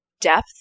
depth